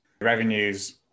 Revenues